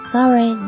Sorry